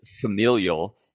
familial